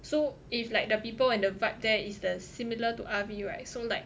so if like the people and the vibe there is the similar to R_V right so like